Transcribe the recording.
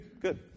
good